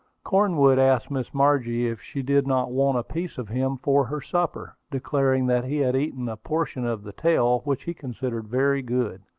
cornwood asked miss margie if she did not want a piece of him for her supper, declaring that he had eaten a portion of the tail, which he considered very good.